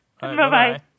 Bye-bye